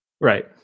Right